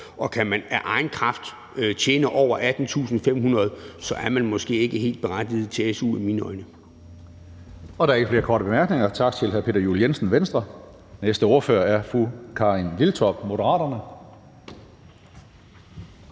Og kan man af egen kraft tjene over 18.500 kr., er man måske ikke helt berettiget til su i mine øjne.